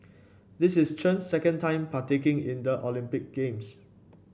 this is Chen's second time partaking in the Olympic Games